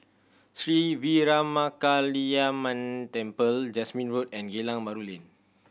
Sri Veeramakaliamman Temple Jasmine Road and Geylang Bahru Lane